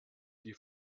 die